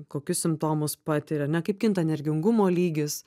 kokius simptomus patiria ne kaip kinta energingumo lygis